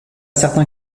certain